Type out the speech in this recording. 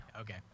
Okay